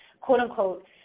quote-unquote